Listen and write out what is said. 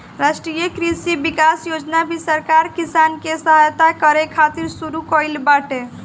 राष्ट्रीय कृषि विकास योजना भी सरकार किसान के सहायता करे खातिर शुरू कईले बाटे